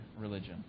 religion